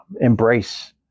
embrace